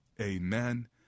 Amen